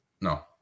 No